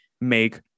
make